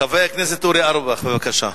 חבר הכנסת אורי אורבך, בבקשה.